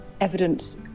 evidence